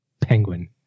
penguin